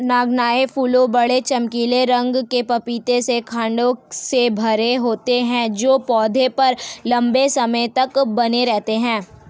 नगण्य फूल बड़े, चमकीले रंग के पपीते के खण्डों से घिरे होते हैं जो पौधे पर लंबे समय तक बने रहते हैं